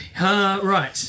Right